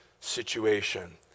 situation